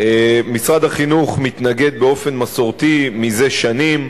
משרד החינוך מתנגד באופן מסורתי זה שנים,